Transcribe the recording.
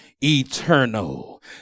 eternal